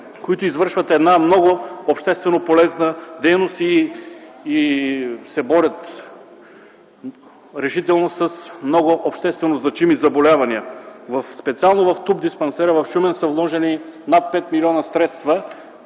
които извършват много общественополезна дейност и се борят решително с много общественозначими заболявания? Специално в Тубдиспансера в Шумен са вложени средства